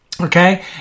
okay